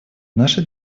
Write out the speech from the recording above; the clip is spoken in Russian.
наша